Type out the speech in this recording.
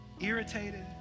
irritated